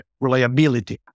reliability